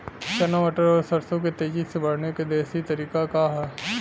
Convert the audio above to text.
चना मटर और सरसों के तेजी से बढ़ने क देशी तरीका का ह?